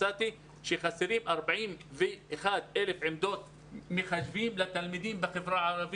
מצאתי שחסרות 41,000 עמדות מחשבים לתלמידים בחברה הערבית.